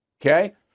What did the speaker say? Okay